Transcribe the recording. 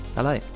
Hello